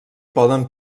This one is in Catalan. poden